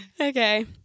Okay